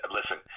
listen